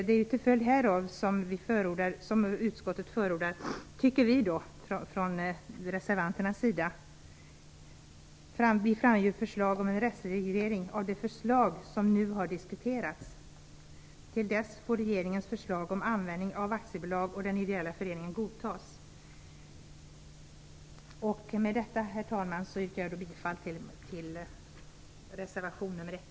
Det är till följd härav som vi från reservanternas sida anser att utskottet skall förorda att regeringen lägger fram förslag om en rättslig reglering av det slag som nu har diskuterats. Till dess får regeringens förslag om användningen av aktiebolaget och den ideella föreningen godtas. Med detta, herr talman, yrkar jag bifall till reservation nr 1.